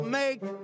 make